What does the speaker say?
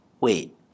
Wait